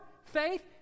faith